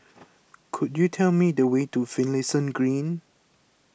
could you tell me the way to Finlayson Green